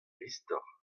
istor